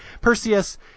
Perseus